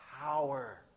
Power